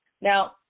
Now